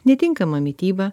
netinkama mityba